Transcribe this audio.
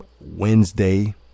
Wednesday